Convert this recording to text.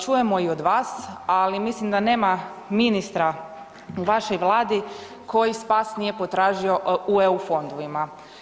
Čujemo i od vas, ali mislim da nema ministra u vašoj Vladi koji spas nije potražio u eu fondovima.